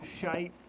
shite